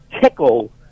tickle